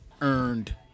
earned